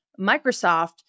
Microsoft